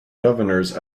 governors